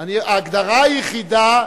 לך הגדרה יחידה,